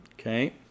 okay